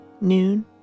noon